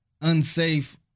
unsafe